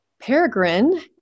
Peregrine